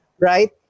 right